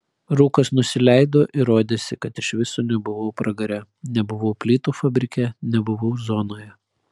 rūkas nusileido ir rodėsi kad iš viso nebuvau pragare nebuvau plytų fabrike nebuvau zonoje